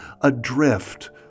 adrift